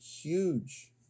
huge